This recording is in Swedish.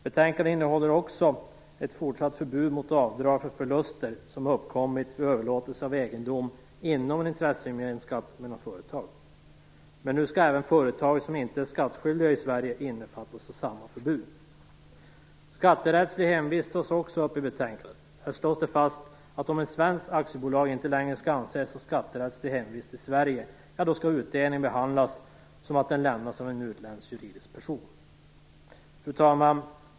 Betänkandet innehåller också ett fortsatt förbud mot avdrag för förluster som har uppkommit vid överlåtelse av egendom inom en intressegemenskap mellan företag. Men nu skall även företag som inte är skattskyldiga i Sverige omfattas av samma förbud. Även frågan om skatterättslig hemvist tas upp i betänkandet. Här slås det fast att om ett svenskt aktiebolag inte längre kan anses ha skatterättslig hemvist i Sverige, skall utdelningen behandlas som om den hade lämnats av en utländsk juridisk person.